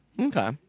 Okay